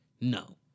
No